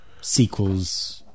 sequels